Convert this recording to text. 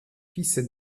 fils